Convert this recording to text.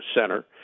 Center